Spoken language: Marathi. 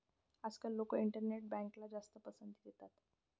आजकाल लोक इंटरनेट बँकला जास्त पसंती देतात